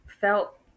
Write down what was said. felt